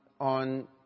on